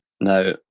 Now